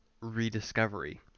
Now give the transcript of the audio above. rediscovery